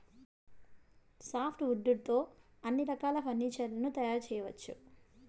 soft wood తో అన్ని రకాల ఫర్నీచర్ లను తయారు చేయవచ్చు